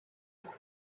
did